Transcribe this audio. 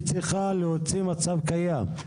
היא צריכה להוציא מצב קיים,